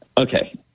okay